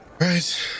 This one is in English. Right